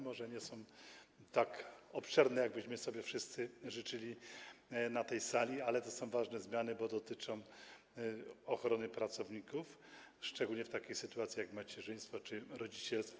Może nie są tak obszerne, jak byśmy sobie wszyscy życzyli na tej sali, ale to są ważne zmiany, bo dotyczą ochrony pracowników, szczególnie w takiej sytuacji jak macierzyństwo czy rodzicielstwo.